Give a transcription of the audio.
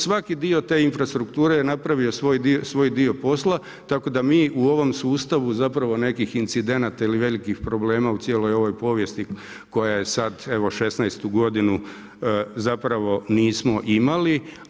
Svaki dio te infrastrukture je napravio svoj dio posla tako da mi u ovom sustavu zapravo nekih incidenata ili velikih problema u cijeloj ovoj povijesti koja je sad evo 16.-tu godinu zapravo nismo imali.